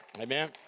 Amen